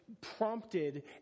prompted